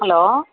hello